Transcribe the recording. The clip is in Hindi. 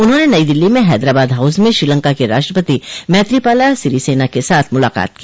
उन्होंने नई दिल्ली में हैदराबाद हाउस में श्रीलंका के राष्ट्रपति मैत्रीपाला सिरीसेना के साथ मुलाकात की